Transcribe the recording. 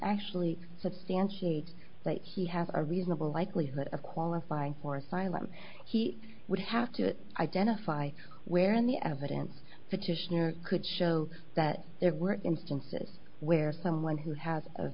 actually substantiate that he has a reasonable likelihood of qualifying for asylum he would have to identify where in the evidence petitioner could show that there were instances where someone who has a